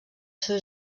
seu